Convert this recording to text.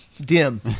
Dim